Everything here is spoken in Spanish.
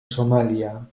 somalia